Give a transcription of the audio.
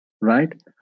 right